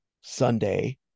Sunday